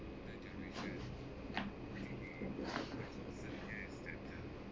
patronizing